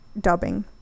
dubbing